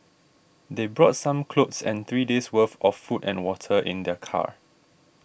they brought some clothes and three days' worth of food and water in their car